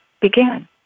began